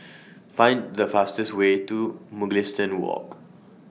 Find The fastest Way to Mugliston Walk